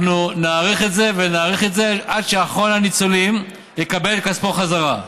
אנחנו נאריך את זה ונאריך את זה עד שאחרון הניצולים יקבל את כספו חזרה,